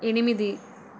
ఎనిమిది